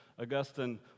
Augustine